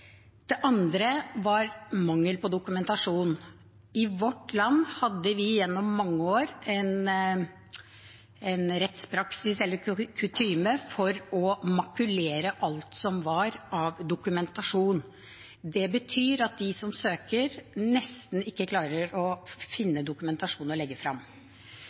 Det andre var mangel på dokumentasjon. I vårt land hadde vi gjennom mange år en kutyme for å makulere alt som var av dokumentasjon. Det betyr at de som søker, nesten ikke klarer å finne dokumentasjon å legge